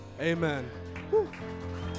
Amen